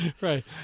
right